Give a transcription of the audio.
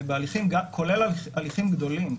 כולל הליכים גדולים,